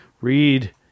read